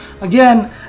again